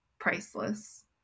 priceless